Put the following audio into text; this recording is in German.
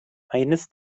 eines